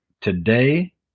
Today